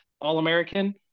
All-American